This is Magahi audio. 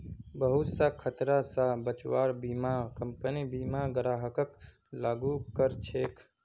बहुत स खतरा स बचव्वार बीमा कम्पनी बीमा ग्राहकक लागू कर छेक